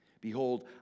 Behold